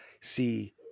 See